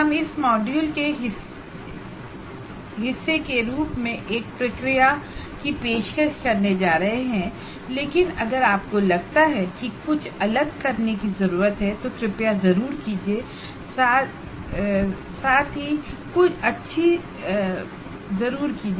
हम इस मॉड्यूल के हिस्से के रूप में एक प्रक्रिया की पेशकश करने जा रहे हैं लेकिन अगर आपको लगता है कि कुछ अलग करना है तो कृपया जरूर कीजिए